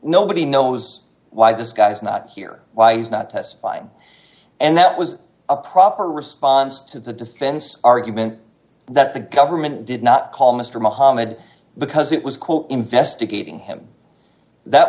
nobody knows why this guy's not here why he's not testifying and that was a proper response to the defense argument that the government did not call mr muhammad because it was quote investigating him that